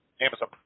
Amazon